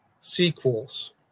sequels